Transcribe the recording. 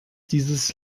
dieses